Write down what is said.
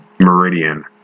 meridian